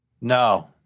No